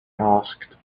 asked